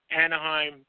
Anaheim